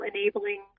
enabling